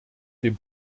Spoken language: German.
dem